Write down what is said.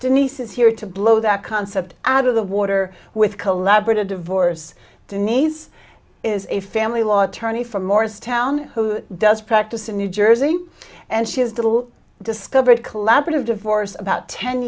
denise is here to blow that concept out of the water with collaborative divorce denise is a family law attorney from morristown who does practice in new jersey and she is little discovered collaborative divorce about ten